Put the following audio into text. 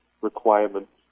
requirements